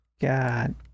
God